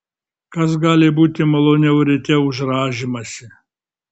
kas gali būti maloniau ryte už rąžymąsi